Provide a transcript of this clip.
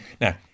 Now